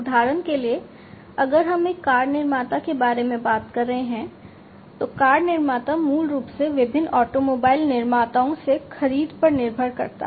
उदाहरण के लिए अगर हम एक कार निर्माता के बारे में बात कर रहे हैं तो कार निर्माता मूल रूप से विभिन्न ऑटोमोबाइल निर्माताओं से खरीद पर निर्भर करता है